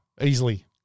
Easily